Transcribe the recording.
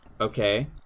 Okay